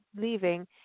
leaving